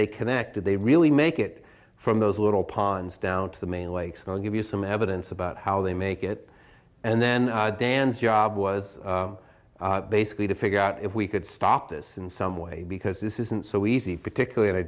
they connected they really make it from those little ponds down to the main lakes and i'll give you some evidence about how they make it and then dan's job was basically to figure out if we could stop this in some way because this isn't so easy particularly in a